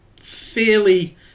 fairly